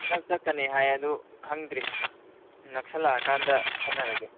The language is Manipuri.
ꯅꯪ ꯆꯠꯀꯅꯤ ꯍꯥꯏ ꯑꯗꯨ ꯈꯪꯗ꯭ꯔꯤ ꯅꯛꯁꯜꯂꯛꯑ ꯀꯥꯟꯗ ꯈꯟꯅꯔꯒꯦ